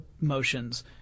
motions